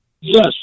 Yes